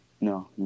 No